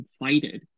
invited